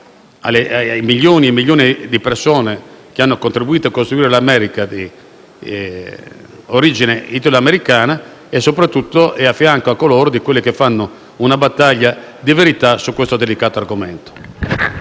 ai milioni e milioni di persone che hanno contributo a costituire l'America di origine italoamericana e - soprattutto - è a fianco a coloro che fanno una battaglia di verità su questo delicato argomento.